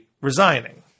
resigning